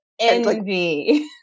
envy